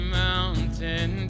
mountain